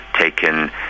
taken